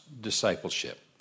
discipleship